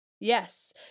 Yes